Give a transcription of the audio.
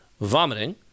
vomiting